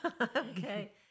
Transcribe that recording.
Okay